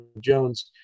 Jones